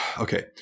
okay